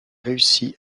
réussi